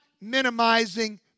minimizing